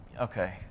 okay